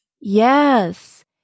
Yes